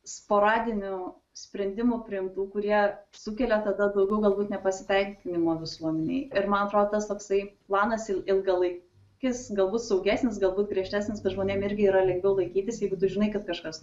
sporadinių sprendimų priimtų kurie sukelia tada daugiau galbūt nepasitenkinimo visuomenėj ir man atrodo tas toksai planas il ilgalaikis kis galbūt saugesnis galbūt griežtesnis bet žmonėm irgi yra lengviau laikytis jeigu tu žinai kad kažkas